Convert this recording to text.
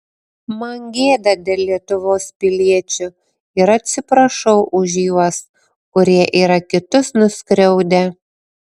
man gėda dėl lietuvos piliečių ir atsiprašau už juos kurie yra kitus nuskriaudę